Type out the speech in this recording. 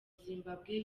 zimbabwe